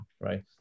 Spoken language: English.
right